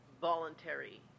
voluntary